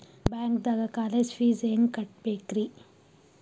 ಬ್ಯಾಂಕ್ದಾಗ college fees ಹೆಂಗ್ ಕಟ್ಟ್ಬೇಕ್ರಿ?